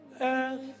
earth